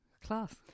Class